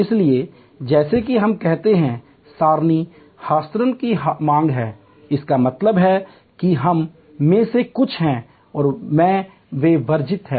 इसलिए जैसा कि हम कहते हैं सारणी हस्तांतरण की मांग है इसका मतलब है कि हम में से कुछ है और वे विभाजित हैं